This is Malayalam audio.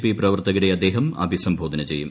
പി പ്രവർത്തകരെ അദ്ദേഹം അഭിസംബോധന ചെയ്യും